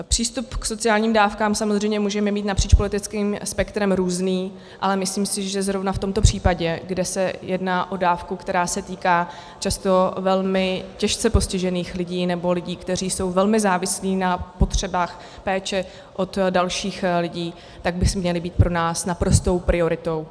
Přístup k sociálním dávkám samozřejmě můžeme mít napříč politickým spektrem různý, ale myslím si, že zrovna v tomto případě, kde se jedná o dávku, která se týká často velmi těžce postižených lidí nebo lidí, kteří jsou velmi závislí na potřebách péče od dalších lidí, tak by měla být pro nás naprostou prioritou.